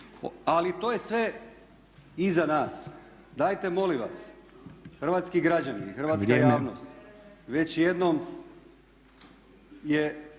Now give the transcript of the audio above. Ali to je sve iza nas. Dajte molim vas, hrvatski građani i hrvatska javnost … …/Upadica: